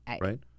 right